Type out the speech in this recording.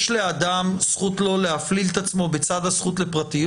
לאדם זכות לא להפליל את עצמו בצד הזכות לפרטיות?